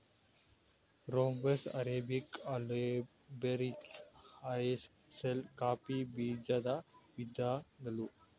robusta, arabica, liberica, excelsa coffee ಬೀಜದ ವಿಧಗಳು